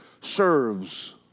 serves